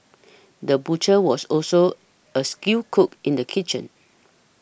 the butcher was also a skilled cook in the kitchen